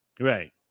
Right